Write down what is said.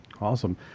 Awesome